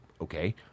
Okay